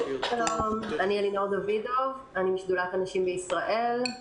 אני משדולת הנשים בישראל.